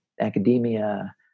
academia